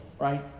right